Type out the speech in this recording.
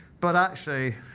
but actually,